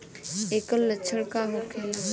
ऐकर लक्षण का होखेला?